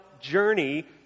journey